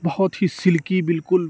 بہت ہی سلکی بالکل